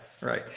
Right